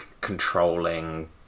controlling